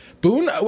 Boone